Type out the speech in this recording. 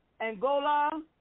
Angola